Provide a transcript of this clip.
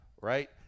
right